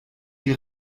die